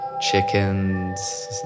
chickens